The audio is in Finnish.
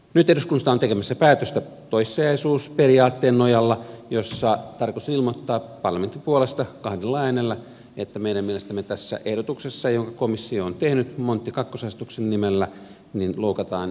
nyt eduskunnassa ollaan tekemässä päätöstä toissijaisuusperiaatteen nojalla jossa tarkoitus on ilmoittaa parlamentin puolesta kahdella äänellä että meidän mielestämme tässä ehdotuksessa jonka komissio on tehnyt monti ii asetuksen nimellä loukataan toissijaisuusperiaatetta